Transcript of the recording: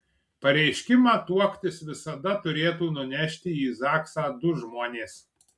pareiškimą tuoktis visada turėtų nunešti į zaksą du žmonės